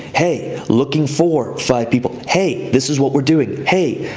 hey, looking for five people, hey, this is what we're doing, hey,